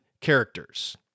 characters